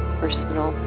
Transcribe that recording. personal